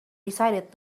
decided